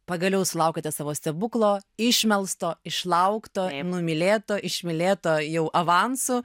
pagaliau sulaukėte savo stebuklo išmelsto išlaukto numylėto išmylėto jau avansu